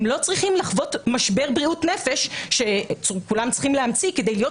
הם לא צריכים לחוות משבר בריאות נפש שכולם צריכים להמציא כדי להיות